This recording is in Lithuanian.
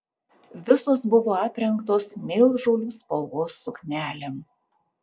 visos buvo aprengtos mėlžolių spalvos suknelėm